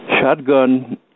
Shotgun